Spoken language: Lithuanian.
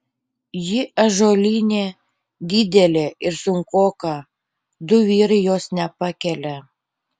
ji ąžuolinė didelė ir sunkoka du vyrai jos nepakelia